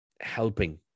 helping